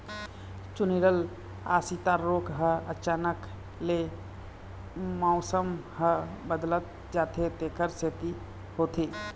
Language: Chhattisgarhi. चूर्निल आसिता रोग ह अचानक ले मउसम ह बदलत जाथे तेखर सेती होथे